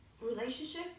relationship